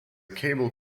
cable